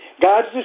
God's